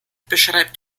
beschreibt